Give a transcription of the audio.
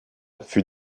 fut